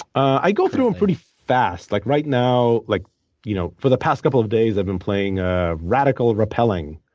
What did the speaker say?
i go through them pretty fast. like right now, like you know for the past couple of days, i've been playing ah radical repelling,